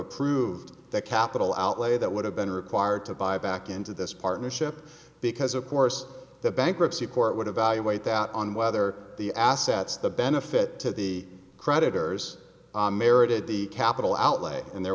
approved that capital outlay that would have been required to buy back into this partnership because of course the bankruptcy court would evaluate that on whether the assets the benefit to the creditors merited the capital outlay and there